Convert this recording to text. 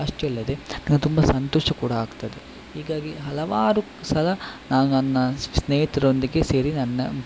ಅಷ್ಟೇ ಅಲ್ಲದೆ ನನಗೆ ತುಂಬ ಸಂತೋಷ ಕೂಡ ಆಗ್ತದೆ ಹೀಗಾಗಿ ಹಲವಾರು ಸಲ ನಾನು ನನ್ನ ಸ್ನೇಹಿತರೊಂದಿಗೆ ಸೇರಿ ನನ್ನ